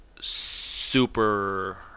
super